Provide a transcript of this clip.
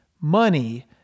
money